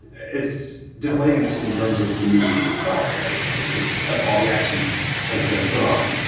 it's deflating just in terms of the movie itself. right. because ah of all the action has been put on